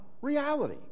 reality